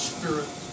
Spirit